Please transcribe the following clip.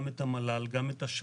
גם את המל"ל,